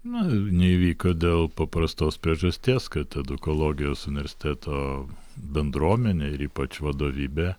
na neįvyko dėl paprastos priežasties kad edukologijos universiteto bendruomenė ir ypač vadovybė